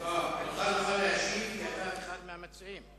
היושב-ראש, מותר לך להשיב, כי אתה אחד מהמציעים.